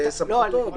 זה בסמכותו.